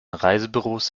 reisebüros